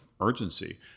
urgency